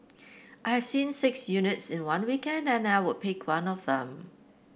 I have seen six units in one weekend and I would pick one of them